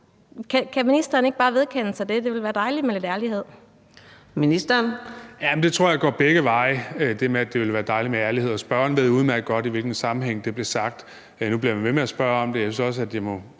og integrationsministeren (Kaare Dybvad Bek): Jamen det tror jeg går begge veje, altså at det ville være dejligt med ærlighed. Spørgeren ved udmærket godt, i hvilken sammenhæng det blev sagt, og nu bliver man ved med at spørge om det. Jeg synes også, at jeg må